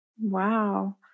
Wow